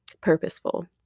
purposeful